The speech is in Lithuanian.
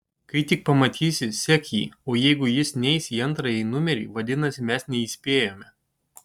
kai tik pamatysi sek jį o jeigu jis neis į antrąjį numerį vadinasi mes neįspėjome